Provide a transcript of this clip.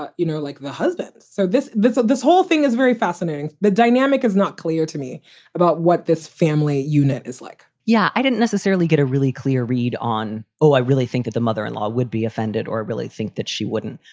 but you know, like the husband. so this this this whole thing is very fascinating. the dynamic is not clear to me about what this family unit is like yeah. i didn't necessarily get a really clear read on. oh, i really think that the mother in law would be offended or really think that she wouldn't.